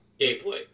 Gameplay